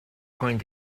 going